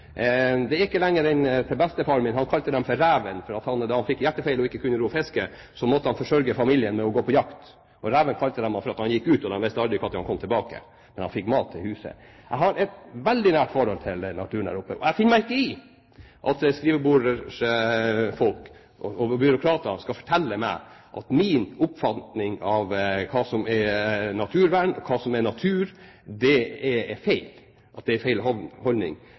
Det er ikke lenger tilbake enn til bestefaren min – de kalte ham for reven da han fikk hjertefeil og ikke kunne ro fiske. Da måtte han forsørge familien ved å gå på jakt. Reven kalte de ham fordi han gikk ut og de aldri visste når han kom tilbake. Men han fikk mat til huset. Jeg har et veldig nært forhold til naturen der oppe. Jeg finner meg ikke i at skrivebordsfolk og byråkrater skal fortelle meg at min oppfatning av hva som er naturvern, og hva som er natur, er feil, at det er en feil holdning.